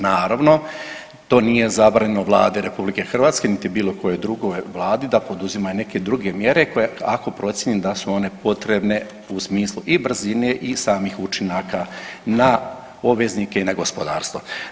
Naravno, to nije zabranjeno Vladi Republike Hrvatske niti bilo kojoj drugoj vladi da poduzima i neke druge mjere ako procijeni da su one potrebne u smislu i brzine i samih učinaka na obveznike i na gospodarstvo.